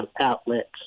outlets